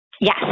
yes